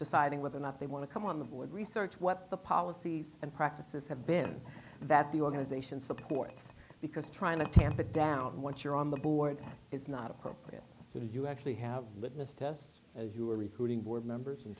deciding whether or not they want to come on the board research what the policies and practices have been that the organization supports because trying to tamp it down once you're on the board that is not appropriate to you actually have litmus tests as you are recruiting board members in